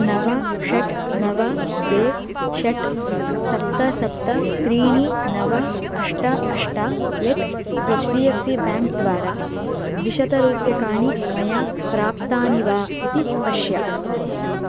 नव षट् नव द्वे षट् सप्त सप्त त्रीणि नव अष्ट अष्ट एट् H D F C bank द्वारा द्विशतरूप्यकाणि मया प्राप्तानि वा इति पश्य